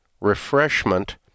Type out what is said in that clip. refreshment